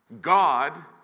God